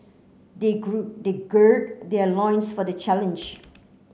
they they gird their loins for the challenge